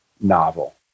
novel